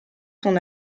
son